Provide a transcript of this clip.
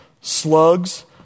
Slugs